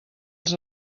els